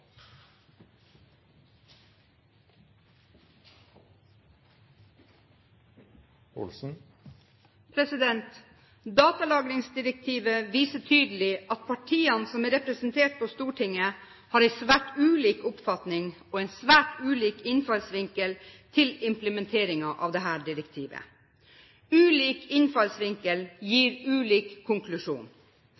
Datalagringsdirektivet viser tydelig at partiene som er representert på Stortinget, har en svært ulik oppfatning og en svært ulik innfallsvinkel til implementeringen av dette direktivet. Ulik innfallsvinkel